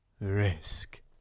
risk